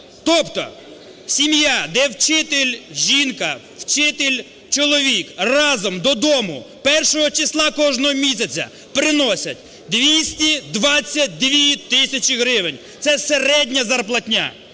Тобто сім'я, де вчитель жінка, вчитель чоловік, разом додому першого числа кожного місяця приносять 222 тисячі гривень. Це середня зарплатня!